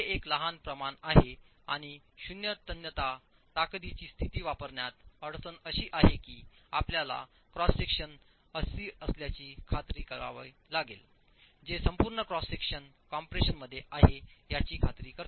हे एक लहान प्रमाण आहे आणि शून्य तन्यता ताकदीची स्थिती वापरण्यात अडचण अशी आहे की आपल्याला क्रॉस सेक्शन अशी असल्याची खात्री करावी लागेल जे संपूर्ण क्रॉस सेक्शन कम्प्रेशनमध्ये आहे याची खात्री करते